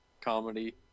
comedy